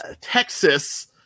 Texas